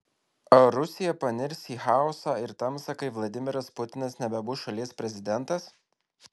ar rusija panirs į chaosą ir tamsą kai vladimiras putinas nebebus šalies prezidentas